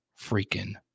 freaking